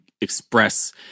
express